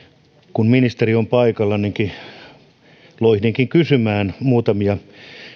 kun ministeri on paikalla loihdinkin kysymään muutamia